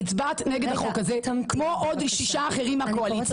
הצבעת נגד החוק הזה כמו עוד שישה אחרים מהקואליציה.